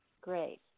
Great